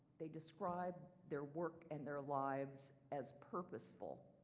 they describe their work and their lives as purposeful,